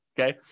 Okay